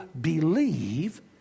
believe